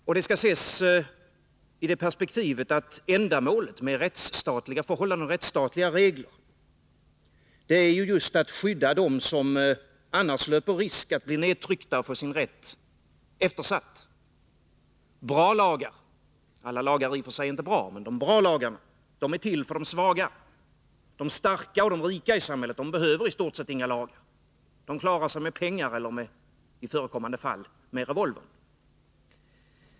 Detta skall ses i perspektivet att ändamålet med rättsstatliga förhållanden och regler just är att skydda dem som annars löper risk att bli nedtryckta och få sin rätt eftersatt. Bra lagar — vilket inte alla lagar är — är till för de svaga i samhället. De starka och rika behöver i stort sett inga lagar; de klarar sig med pengar eller — i förekommande fall — med revolver.